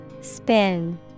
Spin